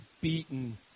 beaten